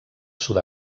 sud